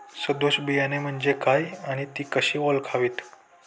सदोष बियाणे म्हणजे काय आणि ती कशी ओळखावीत?